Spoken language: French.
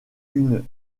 une